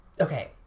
okay